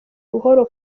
buhoro